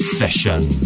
session